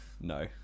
no